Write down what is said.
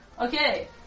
Okay